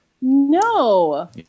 No